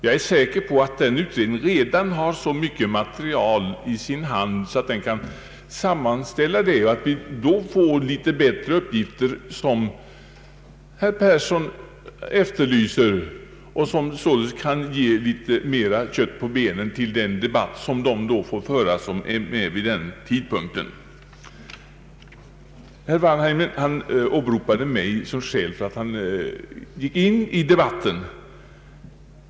Jag är säker på att den utredningen redan har så mycket material att den kan sammanställa det, så att vi får de bättre Ang. skogsbrukets lönsamhet m.m. uppgifter, som herr Persson efterlyser. Vi kan på det sättet få mera underlag för den debatt, vilken får föras bland dem som då är med i riksdagen. Herr Wanhainen åberopade mig som skäl för att han gick in i debatten.